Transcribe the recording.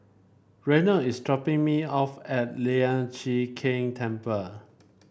Reynold is dropping me off at Lian Chee Kek Temple